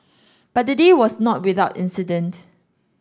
but the day was not without incident